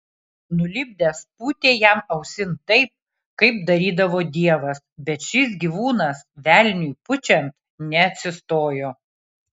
nulipdęs pūtė jam ausin taip kaip darydavo dievas bet šis gyvūnas velniui pučiant neatsistojo